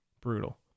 Brutal